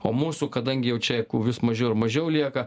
o mūsų kadangi jau čia vis mažiau ir mažiau lieka